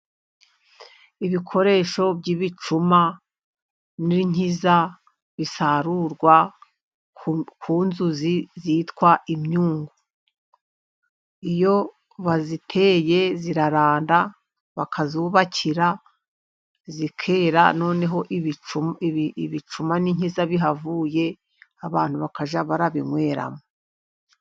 Ibikoresho by'ibicuma n'inkiza, bisarurwa ku nzuzi zitwa imyungu. Iyoo baziteye ziraranda bakazubakira zikera, noneho ibicuma n'inkiza bihavuye, abantu bakajya barabinyweramo.